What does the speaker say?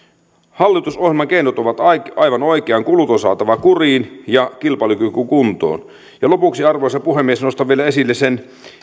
hallitusohjelman keinot ovat aivan oikeat kulut on saatava kuriin ja kilpailukyky kuntoon lopuksi arvoisa puhemies nostan vielä esille sen